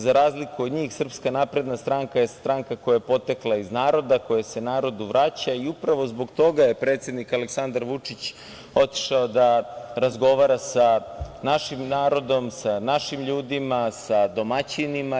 Za razliku od njih SNS je stranka koja je potekla iz naroda, koja se narodu vraća i upravo zbog toga je predsednik Aleksandar Vučić otišao da razgovara sa našim narodom, sa našim ljudima, sa domaćinima.